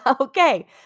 Okay